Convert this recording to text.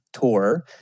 tour